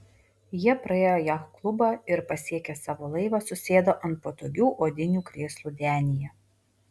jie praėjo jachtklubą ir pasiekę savo laivą susėdo ant patogių odinių krėslų denyje